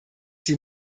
die